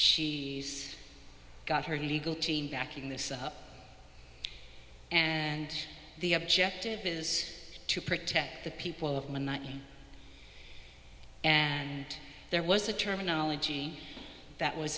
she got her legal team backing this up and the objective is to protect the people of monotony and there was a terminology that was